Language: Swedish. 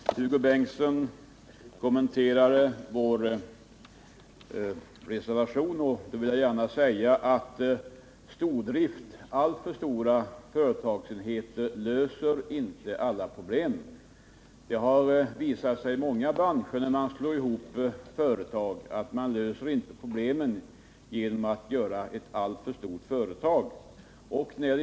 Herr talman! Hugo Bengtsson kommenterade vår reservation. I detta sammanhang vill jag betona att stordrift, alltför stora företagsenheter, inte löser alla problem. Den erfarenheten har man gjort i många branscher.